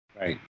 Right